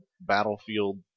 Battlefield